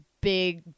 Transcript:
big